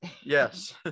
yes